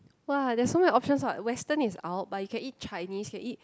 !wah! there's so many options what western is out but you can eat Chinese you can eat